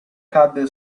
cadde